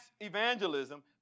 evangelism